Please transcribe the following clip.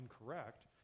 incorrect